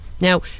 Now